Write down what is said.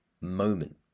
moment